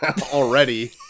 already